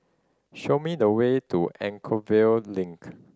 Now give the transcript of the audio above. show me the way to Anchorvale Link